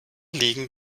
liegen